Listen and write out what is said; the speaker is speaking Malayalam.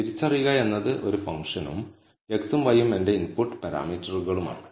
തിരിച്ചറിയുക എന്നത് ഒരു ഫംഗ്ഷനും x ഉം y ഉം എന്റെ ഇൻപുട്ട് പാരാമീറ്ററുകളാണ്